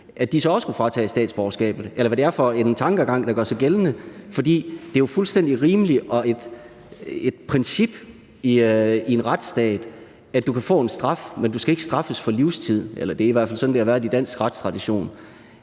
fødslen, også skulle fratages statsborgerskabet, eller hvilken tankegang det er, der gør sig gældende. For det er fuldstændig rimeligt og et princip i en retsstat, at du kan få en straf, men at du ikke skal straffes for livstid. Eller det er i hvert fald sådan, det har været i dansk retstradition.